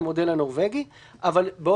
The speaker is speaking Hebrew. את המודל הנורווגי.